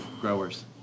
growers